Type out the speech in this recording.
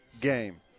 game